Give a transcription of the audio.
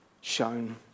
shown